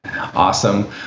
Awesome